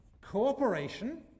cooperation